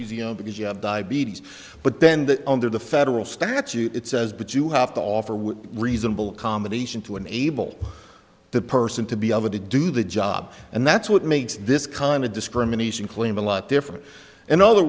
you know because you have diabetes but then that under the federal statute it says but you have to offer with reasonable accommodation to enable the person to be able to do the job and that's what makes this kind of discrimination claim a lot different in other